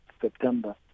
September